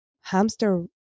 hamster